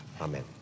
Amen